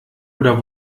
oder